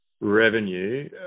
revenue